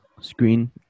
screen